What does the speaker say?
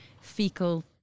fecal